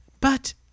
But